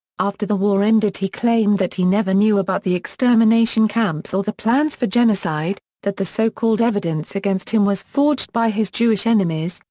after the war ended he claimed that he never knew about the extermination camps or the plans for genocide, that the so-called evidence against him was forged by his jewish enemies,